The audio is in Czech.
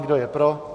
Kdo je pro?